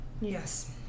Yes